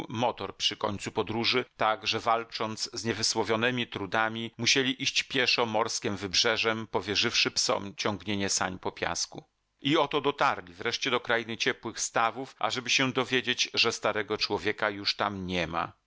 motor przy końcu podróży tak że walcząc z niewysłowionemi trudami musieli iść pieszo morskiem wybrzeżem powierzywszy psom ciągnienie sań po piasku i oto dotarli wreszcie do krainy ciepłych stawów ażeby się dowiedzieć że starego człowieka już tam niema